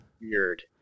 Weird